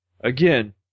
again